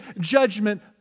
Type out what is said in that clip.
judgment